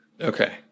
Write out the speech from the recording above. Okay